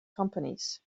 companies